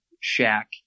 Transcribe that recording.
shack